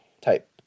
type